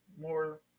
more